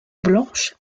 blanches